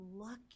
lucky